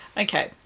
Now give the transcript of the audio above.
Okay